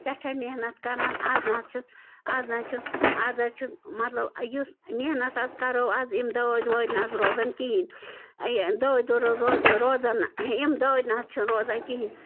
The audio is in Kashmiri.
سٮ۪ٹھاہ محنت کران آز نہٕ حظ چھُنہٕ آز نہٕ حظ چھُس آز حظ چھُ مطلب یُس محنت آز کَرو آز یِم دٲدۍ وٲدۍ نہٕ حظ روزَن کِہیٖنۍ یہِ دٲدۍ روزَن نہٕ یِم دٲدۍ نہٕ حظ چھِنہٕ روزان کِہیٖنۍ